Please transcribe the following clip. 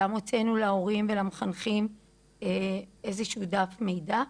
וגם הוצאנו להורים ולמחנכים איזשהו דף מידע.